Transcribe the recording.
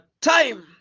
time